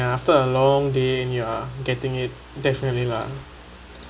ya after a long day and you are getting it definitely lah